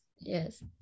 yes